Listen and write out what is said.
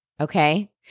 okay